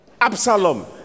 Absalom